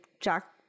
Jack